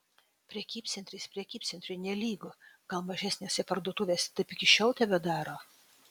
prekybcentris prekybcentriui nelygu gal mažesnėse parduotuvėse taip iki šiol tebedaro